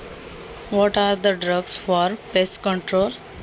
कीड नियंत्रणासाठी कोण कोणती औषधे असतात?